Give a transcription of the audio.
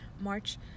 March